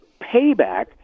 payback